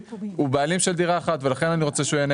כשיש הזדמנות לקנות דירה ולא תמיד